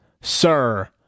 sir